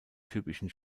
typischen